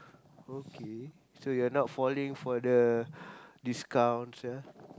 okay so you're not falling for the discounts ah